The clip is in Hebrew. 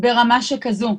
ברמה שכזו.